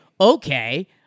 okay